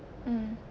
mm